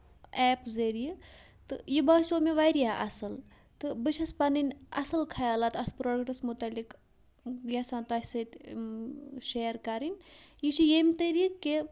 app ذٔریعہِ تہٕ یہِ باسیٚو مےٚ واریاہ اَصٕل تہٕ بہٕ چھَس پَنٕنۍ اَصٕل خیالات اَتھ پروڈکٹس مُتعلِق یژھان تۄہہِ سۭتۍ شیر کَرٕنۍ یہِ چھُ ییٚمہِ طٔریٖقہٕ کہِ